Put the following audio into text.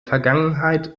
vergangenheit